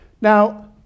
Now